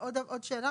עוד שאלה,